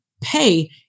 pay